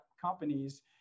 companies